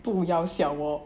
不要笑我